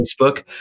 Facebook